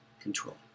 control